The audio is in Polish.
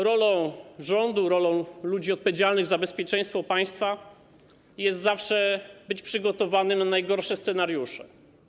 Rolą rządu, rolą ludzi odpowiedzialnych za bezpieczeństwo państwa jest być zawsze przygotowanym na najgorsze scenariusze.